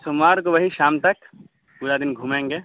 سوموار کو وہی شام تک پورا دن گھومیں گے